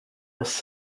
was